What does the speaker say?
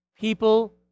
people